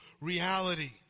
reality